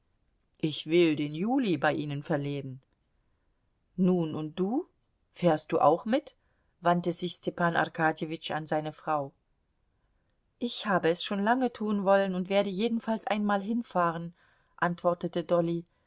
ich will den juli bei ihnen verleben nun und du fährst du auch mit wandte sich stepan arkadjewitsch an seine frau ich habe es schon lange tun wollen und werde jedenfalls einmal hinfahren antwortete dolly